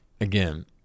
Again